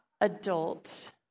adult